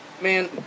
man